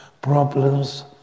problems